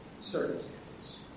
circumstances